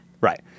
Right